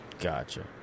Gotcha